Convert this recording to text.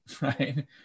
right